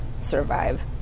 survive